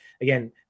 Again